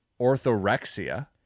orthorexia